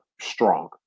strong